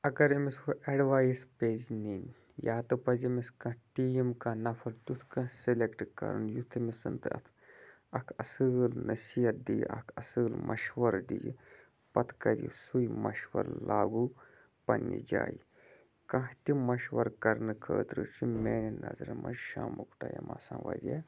اگر أمِس ہُہ ایڈوایِس پیٚزِ نِنۍ یا تہٕ پَزِ أمس کانٛہہ ٹیٖم کانٛہہ نَفَر تیُتھ کانٛہہ سِلیٚکٹ کَرُن یُتھ أمس تہٕ اتھ اکھ اصل نصیحت دِیہِ اصل مَشوَر دِیہِ پَتہٕ کَرِ سُے مَشوَر لاگوٗ پَننہِ جایہِ کانٛہہ تہِ مَشوَر کرنہٕ خٲطرٕ چھُ میانٮ۪ن نَظرَن مَنٛز شامُک ٹایم آسان واریاہ